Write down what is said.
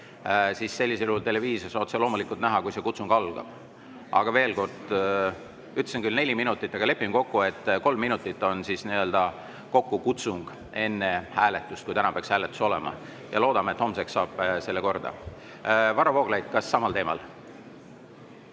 sest televiisoris on otse loomulikult näha, kui kutsung algab. Aga veel kord: ütlesin küll neli minutit, aga lepime kokku, et kolm minutit on kutsung enne hääletust, kui täna peaks hääletus olema. Ja loodame, et homseks saab selle korda. Varro Vooglaid, kas samal teemal?